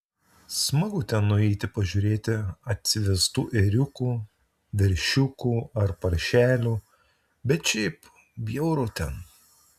smagu ten nueiti pažiūrėti atsivestų ėriukų veršiukų ar paršelių bet šiaip bjauru ten